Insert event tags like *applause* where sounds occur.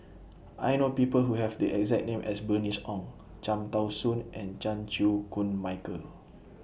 I know People Who Have The exact name as Bernice Ong Cham Tao Soon and Chan Chew Koon Michael *noise*